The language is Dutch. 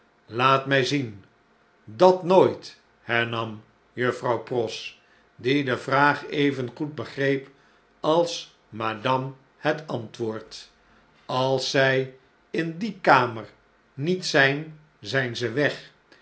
laat imj zien dat nooit hernam juffrouw pross diede vraag evengoed begreep als madame het antwoord als zij in die kamer niet zijn zyn ze weg